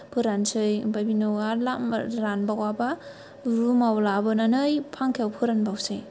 फोरानसै ओमफ्राय बिनि उनाव आरो रानबावाबा रुमाव लाबोनानै फांखायाव फोरानबावसै